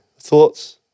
Thoughts